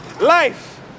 life